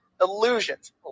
illusions